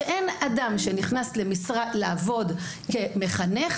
שאין אדם שנכנס לעבוד כמחנך,